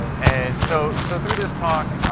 and so so through this talk,